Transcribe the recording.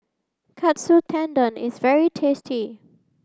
Katsu Tendon is very tasty